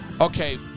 Okay